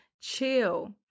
chill